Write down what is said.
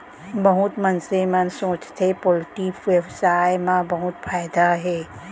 बहुत मनसे मन सोचथें पोल्टी बेवसाय म बहुत फायदा हे